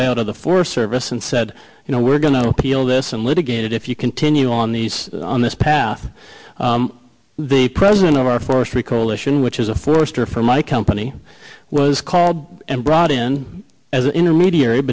layout of the forest service and said you know we're going to feel this and litigated if you continue on these on this path the president of our forestry coalition which is a forester for my company was called and brought in as an intermediary